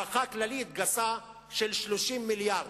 הערכה כללית גסה, של 30 מיליארד.